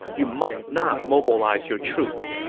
you must not mobilize your troops.